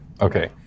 Okay